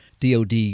DOD